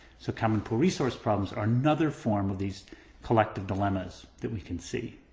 so common police source problems are another form of these collective dilemmas that we can see.